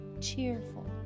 cheerful